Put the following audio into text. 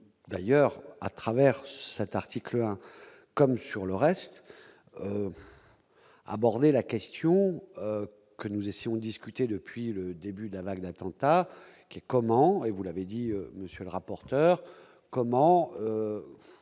d'ailleurs à travers cet article comme sur le reste, aborder la question que nous essayons, discuté depuis le début d'un marine à qui, comment, et vous l'avez dit, monsieur le rapporteur, comment